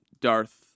Darth